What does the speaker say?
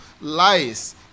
lies